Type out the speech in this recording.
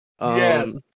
Yes